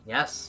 Yes